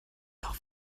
noch